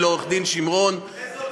המשרד של עורך-הדין שמרון, איזה עוד שמות?